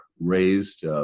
raised